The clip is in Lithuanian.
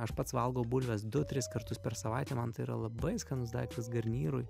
aš pats valgau bulves du tris kartus per savaitę man tai yra labai skanus daiktas garnyrui